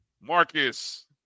Marcus